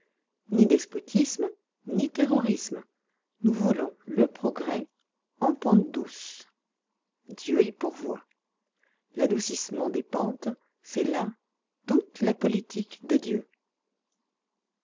ni despotisme ni terrorisme nous voulons le progrès en pente douce dieu y pourvoit l'adoucissement des pentes c'est là toute la politique de dieu